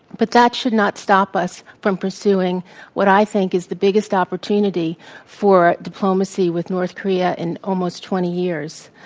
but that should not stop us from pursuing what i think is the biggest opportunity for diplomacy with north korea in almost twenty years.